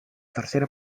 tercera